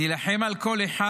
נילחם על כל אחד